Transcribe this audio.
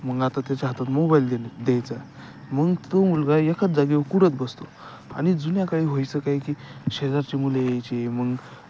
मग आता त्याच्या हातात मोबाईल देणं द्यायचा मग तो मुलगा एकाच जागेवर कुढत बसतो आणि जुन्या काळी व्हायचं काय की शेजारची मुले यायची मग